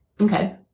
Okay